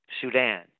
Sudan